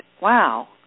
wow